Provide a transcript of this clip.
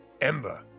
Ember